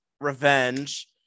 revenge